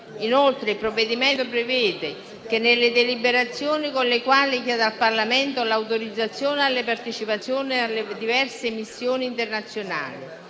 Inoltre, il provvedimento prevede che nelle deliberazioni con le quali chiede al Parlamento l'autorizzazione alla partecipazione alle diverse missioni internazionali